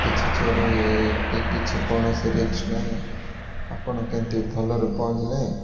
କିଛି ଚୋରି କି କିଛି କୌଣସି ରିକ୍ସ ନାହିଁ ଆପଣ କେମିତି ଭଲରେ ପହଞ୍ଚିଲେ